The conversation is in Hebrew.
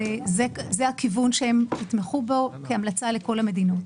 זה הכיוון שהם יתמכו בו כהמלצה לכל המדינות.